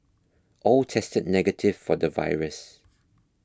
all tested negative for the virus